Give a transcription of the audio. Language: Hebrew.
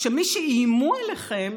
שמי שאיימו עליכם